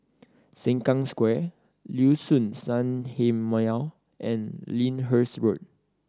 Sengkang Square Liuxun Sanhemiao and Lyndhurst Road